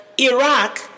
Iraq